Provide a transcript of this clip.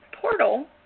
Portal